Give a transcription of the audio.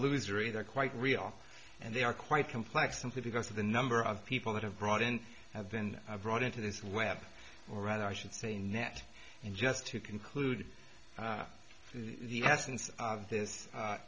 loser either quite real and they are quite complex simply because of the number of people that have brought in have been brought into this web or rather i should say net and just to conclude the essence of th